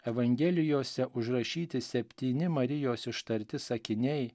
evangelijose užrašyti septyni marijos ištarti sakiniai